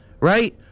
right